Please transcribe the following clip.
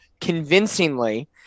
convincingly